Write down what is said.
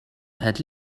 het